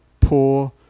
poor